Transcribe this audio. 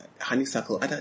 honeysuckle